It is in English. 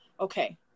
okay